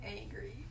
angry